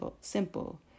simple